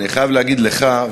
אני חייב להגיד לך,